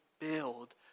build